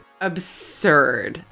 absurd